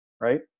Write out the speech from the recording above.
right